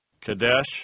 Kadesh